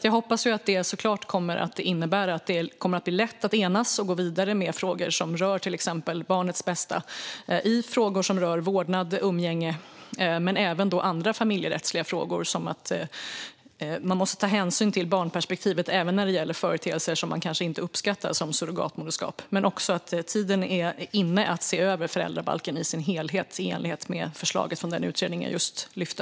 Jag hoppas att detta innebär att det kommer att bli lätt att enas och gå vidare med frågor som rör till exempel barnets bästa när det gäller vårdnad, umgänge eller andra familjerättsliga frågor. Man måste ta hänsyn till barnperspektivet även när det gäller företeelser som man kanske inte uppskattar, som surrogatmoderskap. Tiden är inne att se över föräldrabalken i dess helhet, i enlighet med förslaget från den utredning som jag just nämnde.